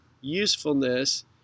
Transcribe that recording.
usefulness